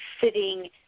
sitting